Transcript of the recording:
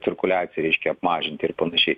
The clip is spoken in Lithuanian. cirkuliaciją reiškia apmažinti ir panašiai